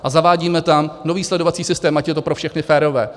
A zavádíme tam nový sledovací systém, ať je to pro všechny férové.